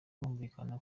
kumvikana